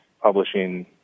publishing